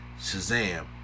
Shazam